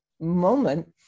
moment